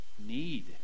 need